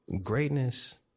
Greatness